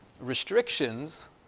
Restrictions